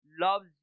loves